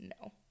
No